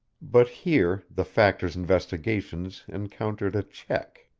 but here the factor's investigations encountered a check.